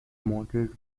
moderate